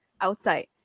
outside